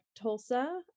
Tulsa